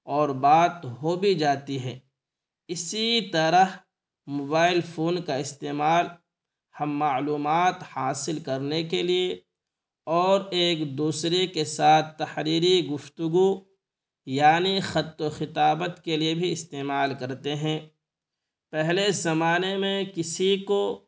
اور بات ہو بھی جاتی ہے اسی طرح موبائل فون کا استعمال ہم معلومات حاصل کرنے کے لیے اور ایک دوسرے کے ساتھ تحریری گفتگو یعنی خط و خطابت کے لیے بھی استعمال کرتے ہیں پہلے زمانے میں کسی کو